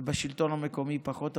ובשלטון המקומי פחות.